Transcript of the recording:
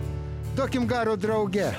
duokim garo drauge